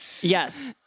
yes